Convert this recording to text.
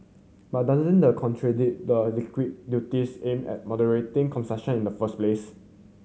but doesn't the contradict the liquor duties aimed at moderating consumption in the first place